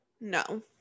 No